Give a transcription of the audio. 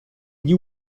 gli